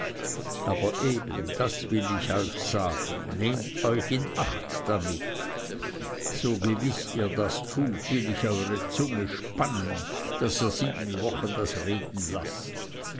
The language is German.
aber eben das will ich euch sagen nehmt euch in acht damit so gewiß ihr das tut will ich euere zunge spannen daß ihr sieben wochen das reden lasset